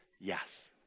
Yes